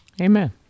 amen